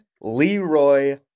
Leroy